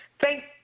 Thank